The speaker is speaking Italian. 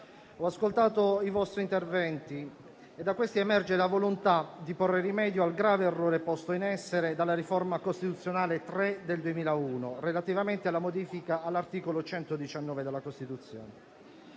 ho ascoltato i vostri interventi, da cui emerge la volontà di porre rimedio al grave errore posto in essere dalla riforma costituzionale intervenuta con la legge n. 3 del 2001 relativamente alla modifica dell'articolo 119 della Costituzione.